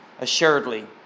assuredly